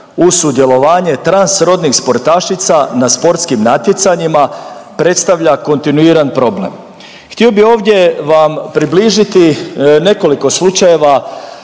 sudjelovanje transrodnih sportašica na sportskim natjecanjima predstavlja kontinuiran problem.“ Htio bi ovdje vam približiti nekoliko slučajeva,